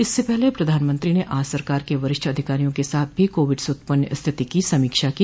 इससे पहले प्रधानमंत्री ने आज सरकार के वरिष्ठ अधिकारियों के साथ भी कोविड से उत्पन्न स्थिति की समीक्षा की